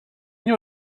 you